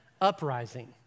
uprising